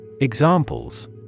examples